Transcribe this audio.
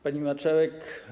Pani Marszałek!